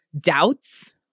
doubts